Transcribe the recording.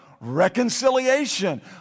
reconciliation